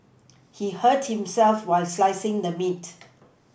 he hurt himself while slicing the meat